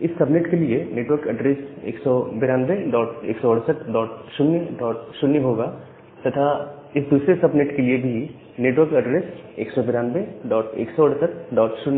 इस सबनेट के लिए नेटवर्क एड्रेस 19216800 होगा तथा इस दूसरे सबनेट के लिए भी नेटवर्क एड्रेस 19216800 ही